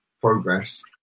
progress